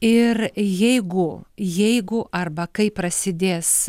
ir jeigu jeigu arba kai prasidės